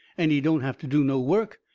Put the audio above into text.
and he don't have to do no work,